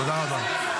תודה רבה.